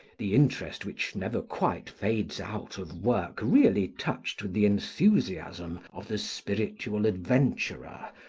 the interest which never quite fades out of work really touched with the enthusiasm of the spiritual adventurer,